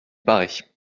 paraît